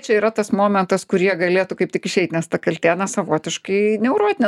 čia yra tas momentas kur jie galėtų kaip tik išeit nes ta kaltė savotiškai neurotinė